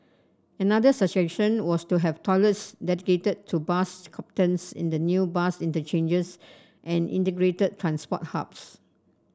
another suggestion was to have toilets dedicated to bus captains in the new bus interchanges and integrated transport hubs